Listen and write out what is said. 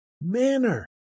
manner